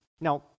Now